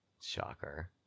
Shocker